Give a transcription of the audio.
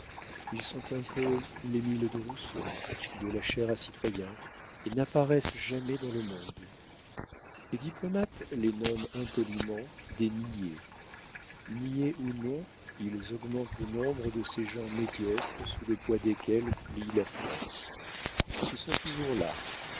ils sont un peu l'émile de rousseau de la chair à citoyen et n'apparaissent jamais dans le monde les diplomates les nomment impoliment des niais niais ou non ils augmentent le nombre de ces gens médiocres sous le poids desquels plie la france ils sont toujours là